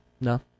No